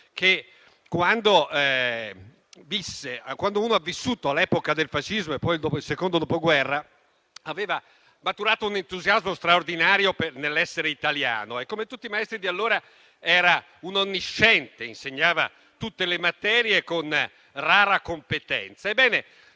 che avendo vissuto all'epoca del fascismo e poi nel Secondo dopoguerra, aveva maturato un entusiasmo straordinario nell'essere italiano. Come tutti i maestri di allora, anche lui era un onnisciente, insegnava tutte le materie con rara competenza